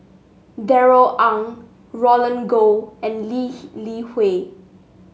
Darrell Ang Roland Goh and Lee Li Hui